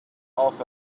off